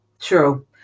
true